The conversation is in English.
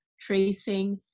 tracing